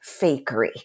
fakery